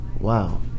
wow